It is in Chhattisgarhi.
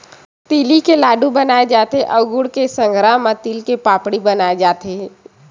तिली के लाडू बनाय जाथे अउ गुड़ के संघरा म तिल के पापड़ी बनाए जाथे